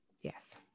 Yes